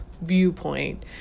viewpoint